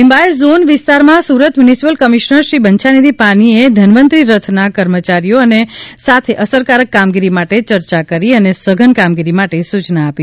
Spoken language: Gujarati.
લિંબાયત ઝોન વિસ્તારમાં સુરત મ્યુનિસિપલ કમિશનર શ્રી બંછાનિધિ પાનીએ ધન્વન્તરી રથના કર્મચારીઓ સાથે અસરકારક કામગીરી માટે ચર્ચા કરી અને સઘન કામગીરી માટે સુચના આપી